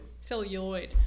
Celluloid